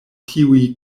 tiuj